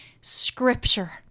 scripture